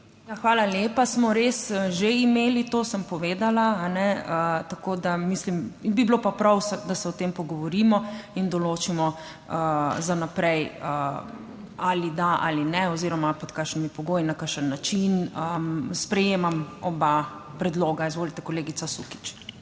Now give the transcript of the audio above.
(nadaljevanje) imeli, to sem povedala, ne, tako da mislim, bi bilo pa prav, da se o tem pogovorimo in določimo za naprej ali da ali ne oziroma pod kakšnimi pogoji, na kakšen način sprejemam oba predloga. Izvolite, kolegica Sukič.